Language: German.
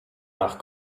nach